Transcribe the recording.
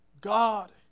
God